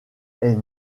est